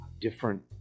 Different